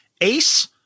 Ace